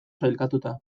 sailkatuta